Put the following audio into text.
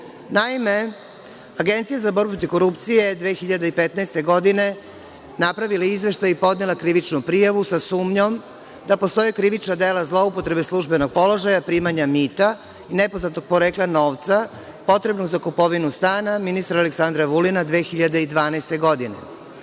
Agencija za borbu protiv korupcije je 2015. godine napravila izveštaj i podnela krivičnu prijavu, sa sumnjom da postoje krivična dela zloupotrebe službenog položaja, primanja mita i nepoznatog porekla novca potrebnog za kupovinu stana ministra Aleksandra Vulina 2012.